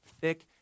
thick